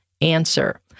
answer